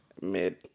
Mid